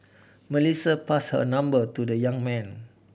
Melissa passed her number to the young man